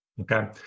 okay